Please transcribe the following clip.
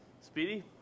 Speedy